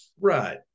Right